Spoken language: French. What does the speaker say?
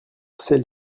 celle